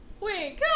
Wait